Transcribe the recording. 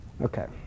Okay